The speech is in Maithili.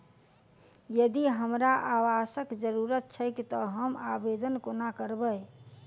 यदि हमरा आवासक जरुरत छैक तऽ हम आवेदन कोना करबै?